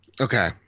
okay